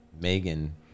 Megan